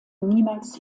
niemals